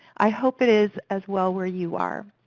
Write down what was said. i hope it is as well where you are.